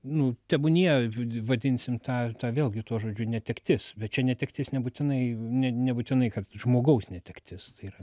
nu tebūnie vadinsim tą tą vėlgi tuo žodžiu netektis bet čia netektis nebūtinai nebūtinai kad žmogaus netektis tai yra